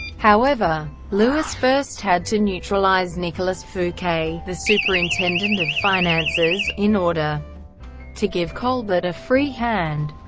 however, louis first had to neutralize nicolas fouquet, the superintendent of finances, in order to give colbert a free hand.